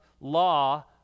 law